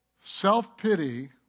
Self-pity